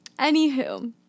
anywho